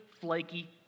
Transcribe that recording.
flaky